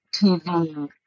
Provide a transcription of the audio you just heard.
TV